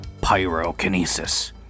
pyrokinesis